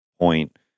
point